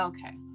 Okay